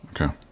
Okay